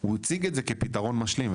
הוא הציג את זה כפתרון משלים,